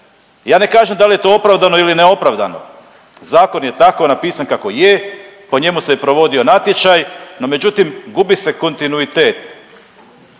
Ja ne kažem dal je to opravdano ili neopravdano, zakon je tako napisan kako je, po njemu se je provodio natječaj, no međutim gubi se kontinuitet,